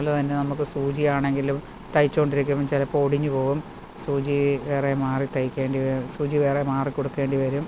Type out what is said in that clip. അതുപോലെ തന്നെ നമ്മൾക്ക് സൂചി ആണെങ്കിലും തയ്ച്ചു കൊണ്ടിരിക്കുമ്പം ചിലപ്പം ഒടിഞ്ഞ് പോകും സൂചി വേറെ മാറി തയ്ക്കേണ്ടി സൂചി വേറെ മാറി കൊടുക്കേണ്ടി വരും